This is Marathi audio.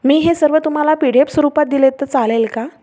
मी हे सर्व तुम्हाला पी डी एफ स्वरूपात दिले तर चालेल का